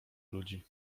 ludzi